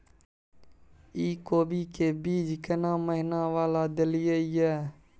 इ कोबी के बीज केना महीना वाला देलियैई?